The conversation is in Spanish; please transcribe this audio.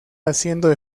haciendo